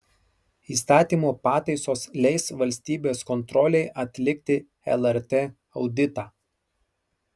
įstatymo pataisos leis valstybės kontrolei atlikti lrt auditą